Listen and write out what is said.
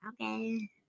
Okay